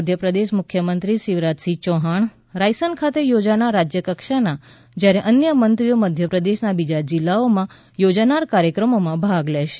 મધ્યપ્રદેશ મુખ્યમંત્રી શિવરાજ સિંહ ચૌહાણ રાયસન ખાતે યોજાનાર રાજ્યકક્ષાના જ્યારે અન્ય મંત્રીઓ મધ્યપ્રદેશના બીજા જિલ્લાઓમાં યોજાનાર કાર્યક્રમોમાં ભાગ લેશે